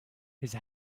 his